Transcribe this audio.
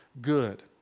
good